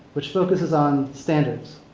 which focuses on standards